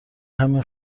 همین